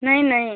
नहीं नहीं